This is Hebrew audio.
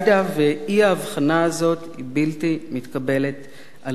ואי-ההבחנה הזאת היא בלתי מתקבלת על הדעת.